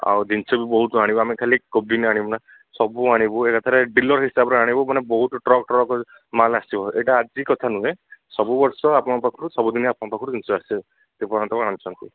ଆଉ ଜିନଷ ବି ବହୁତ ଆଣିବୁ ଆମେ ଖାଲି କୋବି ଆଣିବୁନା ସବୁ ଆଣିବୁ ଏକାଥରକେ ଡିଲର ହିସାବରେ ଆଣିବୁ ମାନେ ବହୁତ ଟ୍ରକ ଟ୍ରକ ମାଲ୍ ଆସିବ ଏଇଟା ଆଜି କଥା ନୁହେଁ ସବୁ ବର୍ଷ ଆପଣଙ୍କ ପାଖରୁ ସବୁଦିନେ ଆପଣଙ୍କ ପାଖରୁ ଜିନଷ ଆସେ ଯେ ପର୍ଯ୍ୟନ୍ତ ଆଣିଛନ୍ତି